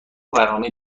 برنامه